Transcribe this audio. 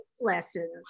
lessons